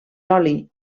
oli